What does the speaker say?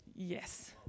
Yes